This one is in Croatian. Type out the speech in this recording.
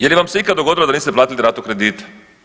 Je li vam se ikad dogodilo da niste platili ratu kredita?